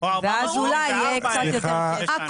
ואז אולי יהיה קצת יותר כסף.